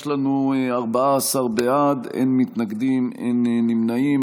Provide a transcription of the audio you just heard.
יש לנו 14 בעד, אין מתנגדים, אין נמנעים.